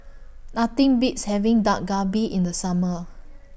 Nothing Beats having Dak Galbi in The Summer